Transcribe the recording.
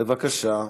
בבקשה.